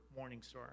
Morningstar